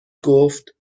گفتنگران